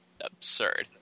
absurd